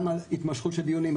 ההתמשכות של הדיונים,